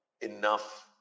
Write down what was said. enough